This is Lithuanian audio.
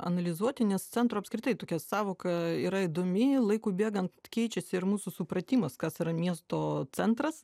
analizuoti nes centro apskritai tokia sąvoka yra įdomi laikui bėgant keičiasi ir mūsų supratimas kas yra miesto centras